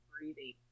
breathing